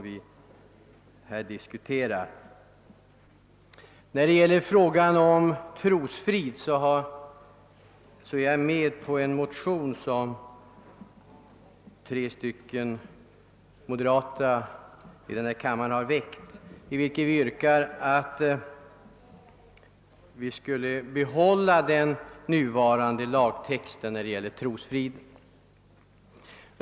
Tillsammans med två andra representanter för moderata samlingspartiet har jag i denna kammare väckt en motion i vilken yrkas att den nuvarande lagtexten i fråga om brott mot trosfrid behålles.